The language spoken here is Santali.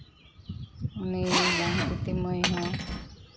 ᱩᱱᱤ ᱞᱟᱝᱛᱤᱛᱤ ᱢᱟᱹᱭ ᱦᱚᱸ